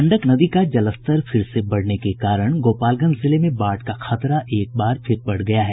गंडक नदी का जलस्तर फिर से बढ़ने के कारण गोपालगंज जिले में बाढ़ का खतरा एक बार फिर बढ़ गया है